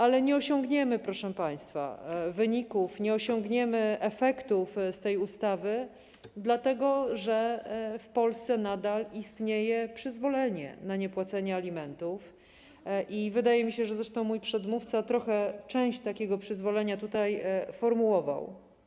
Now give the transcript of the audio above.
Ale nie osiągniemy, proszę państwa, wyników, nie osiągniemy efektów z tej ustawy, dlatego że w Polsce nadal istnieje przyzwolenie na niepłacenie alimentów i wydaje mi się, że mój przedmówca trochę część takiego przyzwolenia tutaj formułował.